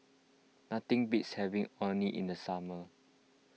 nothing beats having Orh Nee in the summer